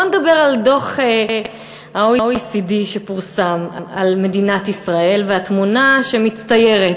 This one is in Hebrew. בואו נדבר על דוח ה-OECD שפורסם על מדינת ישראל והתמונה שמצטיירת.